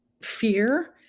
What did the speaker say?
fear